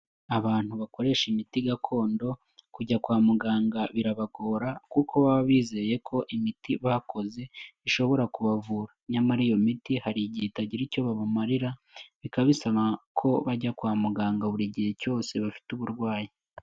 Abantu bakoresha imiti gakondo kujya kwa muganga birabagora kuko baba bizeye ko imiti bakoze ishobora kubavura; nyamara iyo miti hari igihe itagize icyo ibamarira bikaba bisaba ko bajya kwa muganga buri gihe cyose bafite uburwayi.